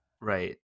Right